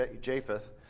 Japheth